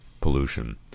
pollution